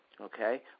Okay